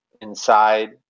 inside